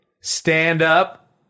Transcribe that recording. stand-up